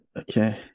Okay